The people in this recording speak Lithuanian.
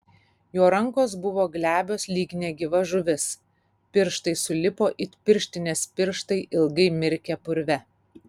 jo rankos buvo glebios lyg negyva žuvis pirštai sulipo it pirštinės pirštai ilgai mirkę purve